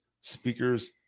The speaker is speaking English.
speakers